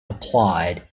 applied